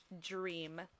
dream